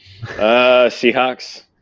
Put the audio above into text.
Seahawks